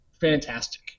fantastic